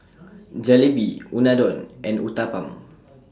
Jalebi Unadon and Uthapam